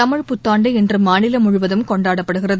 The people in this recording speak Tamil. தமிழ் புத்தாண்டு இன்று மாநிலம் முழுவதும் கொண்டாடப்படுகிறது